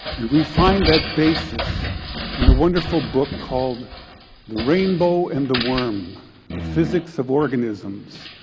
and we find that basis in a wonderful book called the rainbow and the worm the physics of organisms,